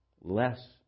less